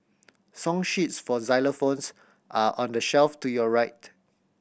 song sheets for xylophones are on the shelf to your right